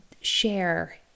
Share